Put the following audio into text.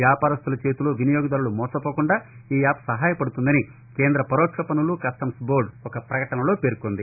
వ్యాపారస్తుల చేతిలో వినియోగదారులు మోసపోకుండా ఈ యాప్ సహాయపడుతుందని కేంద్ర పరోక్షపన్నులు కస్టమ్స్బోర్డ్ ఒక పకటనలో పేర్సొంది